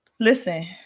Listen